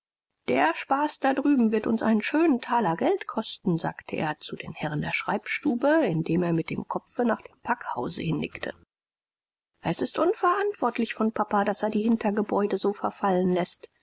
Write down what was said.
der spaß da drüben wird uns einen schönen thaler geldkosten sagte er zu den herren der schreibstube indem er mit dem kopfe nach dem packhause hinnickte es ist unverantwortlich vom papa daß er die hintergebäude so verfallen läßt